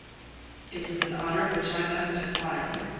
it is an honour which i must decline,